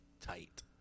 tight